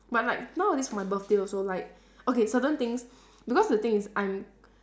but like nowadays my birthday also like okay certain things because the thing is I'm